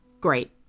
Great